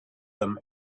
them